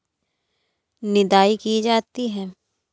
निदाई की जाती है?